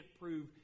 prove